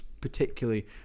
particularly